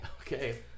Okay